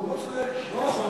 הוא לא צודק, לא נכון.